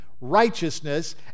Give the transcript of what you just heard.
righteousness